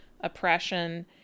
oppression